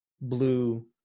blue